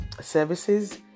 services